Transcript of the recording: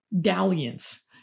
dalliance